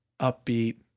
upbeat